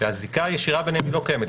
שהזיקה הישירה ביניהם לא קיימת.